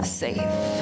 safe